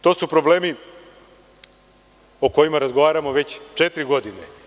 To su problemi o kojima razgovaramo već četiri godine.